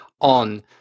on